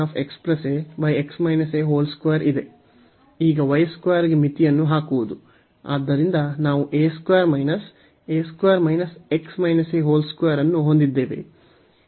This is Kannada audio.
ಈಗ ಗೆ ಮಿತಿಯನ್ನು ಹಾಕುವುದು ಆದ್ದರಿಂದ ನಾವು ಅನ್ನು ಹೊಂದಿದ್ದೇವೆ